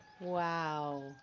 Wow